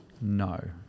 No